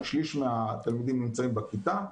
שליש מהתלמידים נמצאים בכיתה,